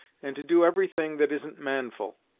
and to do every thing that isn't manful.